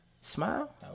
Smile